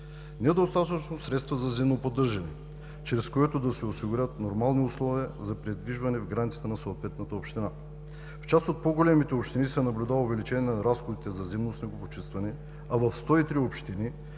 Недостатъчно средства за зимно поддържане, чрез което да се осигурят нормални условия за придвижване в границите на съответната община. В част от по-големите общини се наблюдава увеличение на разходите за зимно снегопочистване, а в 103 общини